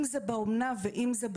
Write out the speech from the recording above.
אם זה באומנה ואם זה בפנימייה,